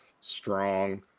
strong